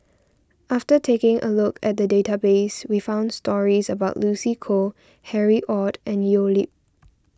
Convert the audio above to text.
after taking a look at the database we found stories about Lucy Koh Harry Ord and Leo Yip